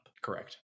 correct